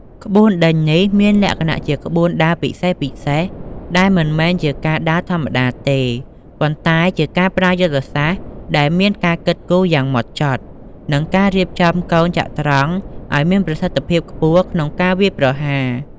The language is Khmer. ក្បួនដេញនេះមានលក្ខណៈជាក្បួនដើរពិសេសៗ ដែលមិនមែនជាការដើរធម្មតាទេ ប៉ុន្តែជាការប្រើយុទ្ធសាស្ត្រដែលមានការគិតគូរយ៉ាងម៉ត់ចត់ និងការរៀបចំកូនចត្រង្គឲ្យមានប្រសិទ្ធភាពខ្ពស់ក្នុងការវាយប្រហារ។